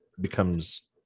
becomes